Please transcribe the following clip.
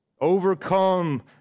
Overcome